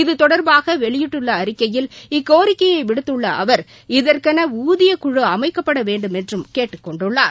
இது தொடர்பாக வெளியிட்டுள்ள அறிக்கையில் இக்கோரிக்கையை விடுத்துள்ள அவர் இதற்கென ஊதியக்குழு அமைக்கப்பட வேண்டுமென்றும் கேட்டுக் கொண்டுள்ளார்